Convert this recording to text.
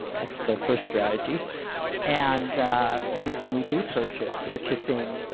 that's the first strategy and and then when we do purchase, purchasing